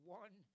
one